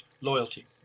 loyalty